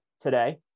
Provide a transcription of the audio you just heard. today